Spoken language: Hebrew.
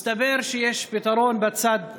מסתבר שיש פתרון בצד השני,